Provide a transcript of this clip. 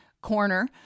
corner